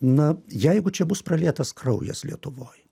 na jeigu čia bus pralietas kraujas lietuvoj